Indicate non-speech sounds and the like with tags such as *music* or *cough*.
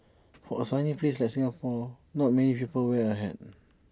*noise* for A sunny place like Singapore not many people wear A hat